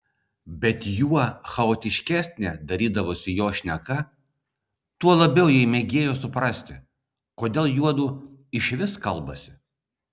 bet juo chaotiškesnė darydavosi jo šneka tuo labiau jai magėjo suprasti kodėl jiedu išvis kalbasi